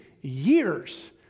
years